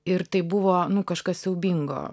ir tai buvo nu kažkas siaubingo